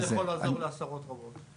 אצלנו זה יכול לעזור לעשרות רבות.